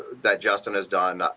that justin has done,